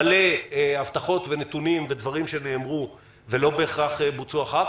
מלא בהבטחות שניתנו ולא תמיד בוצעו.